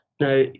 Now